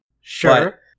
Sure